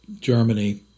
Germany